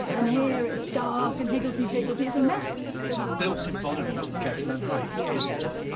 and here it's dark and higgledy-piggledy it's a mess. it's a built embodiment of jekyll and hyde, isn't it?